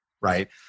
right